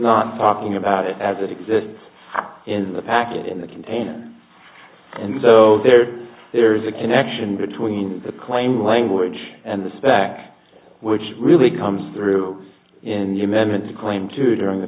not talking about it as it exists in the packet in the container and there there is a connection between the claim language and the stack which really comes through in the amendment to claim to doing the